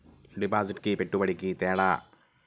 డిపాజిట్కి పెట్టుబడికి తేడా?